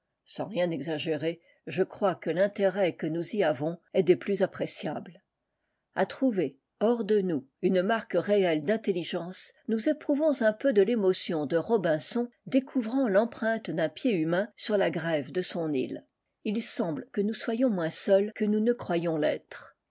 sans rien exagérer je crois que fintérêt que nous y avons est des plus appréciables a trouver de nous une marque réelle d'intelligence éprouvons un peu de l'émotion de robinlécouvrant l'empreinte d'un pied humain sur la grève de son île il semble que nous soyons moins seuls que nous ne croyions rêtre